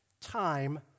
time